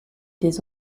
des